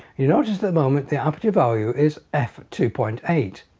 you notice the moment the aperture value is f two point eight.